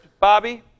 Bobby